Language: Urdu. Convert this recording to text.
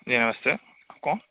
جی نمستے آپ کون